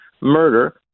murder